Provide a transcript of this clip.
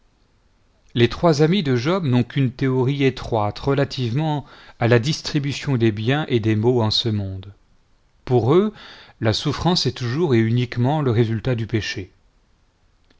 les trois amis de job n'ont qu'une théorie étroite relativement à la distribution des biens et des maux en ce monde pour eux la souflrance est toujours et uniquement le résultat du péché